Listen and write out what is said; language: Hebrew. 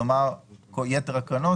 אותן 10 קרנות